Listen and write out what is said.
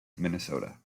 minnesota